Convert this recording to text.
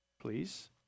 please